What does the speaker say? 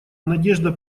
надежда